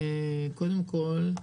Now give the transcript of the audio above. קודם כל,